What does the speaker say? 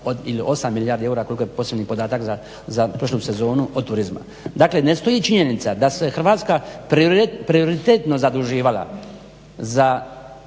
ili 8 milijardi eura koliko je posljednji podatak za prošlu sezonu od turizma. Dakle, ne stoji činjenica da se Hrvatska prioritetno zaduživala